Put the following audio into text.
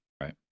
Right